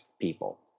people